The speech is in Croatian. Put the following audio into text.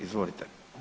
Izvolite.